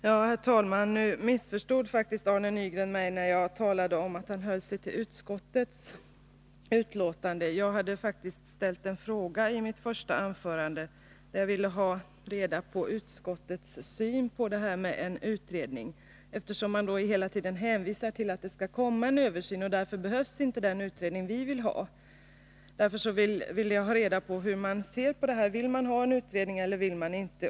Herr talman! Arne Nygren missförstod mig faktiskt när jag talade om att han höll sig till utskottsbetänkandet. Jag hade ställt en fråga i mitt första anförande. Jag vill få reda på utskottets syn på det här med en utredning. Man hänvisar ju hela tiden till att en översyn snart skall genomföras. Därför behövs inte den utredning som vi vill ha, sägs det. Jag vill då veta hur man ser på det hela: Vill man ha en utredning eller inte?